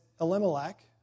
Elimelech